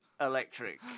Electric